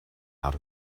out